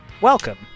Welcome